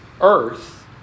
earth